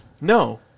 No